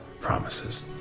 promises